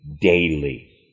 daily